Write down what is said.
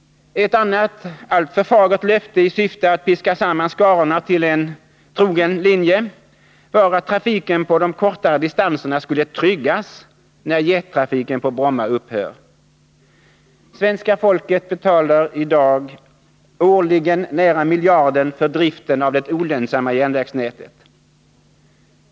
Ett annat alltför fagert löfte i syfte att piska samman skarorna till en trogen linje var att trafiken på de kortare distanserna skulle tryggas när jettrafiken på Bromma upphör. Svenska folket betalar i dag årligen nära miljarden för driften av det olönsamma järnvägsnätet.